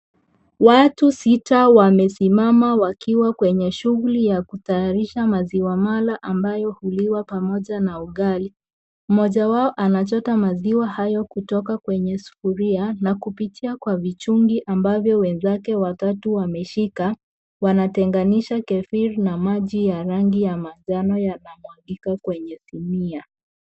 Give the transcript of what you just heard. Watu sita wamesimama wakiwa kwenye shughuli ya kutayarisha maziwa mala ambayo huliwa pamoja na ugali, mmoja wao anachota maziwa hayo kutoka kwenye sufuria na kupitia kwa vichungi ambavyo wenzake watatu wameshika wanatenganisha kefiri na maji ya rangi ya manjano yanamwagika kwenye gunia.